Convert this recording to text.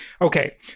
Okay